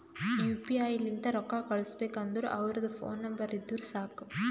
you P I ಲಿಂತ್ ರೊಕ್ಕಾ ಕಳುಸ್ಬೇಕ್ ಅಂದುರ್ ಅವ್ರದ್ ಫೋನ್ ನಂಬರ್ ಇದ್ದುರ್ ಸಾಕ್